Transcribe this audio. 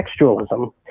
textualism